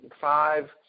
five